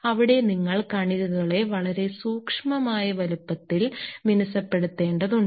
അവിടെ നിങ്ങൾ കണികകളെ വളരെ സൂക്ഷ്മമായ വലിപ്പത്തിൽ മിനുസപ്പെടുത്തേണ്ടതുണ്ട്